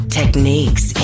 techniques